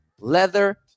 leather